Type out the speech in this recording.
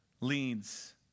leads